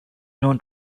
known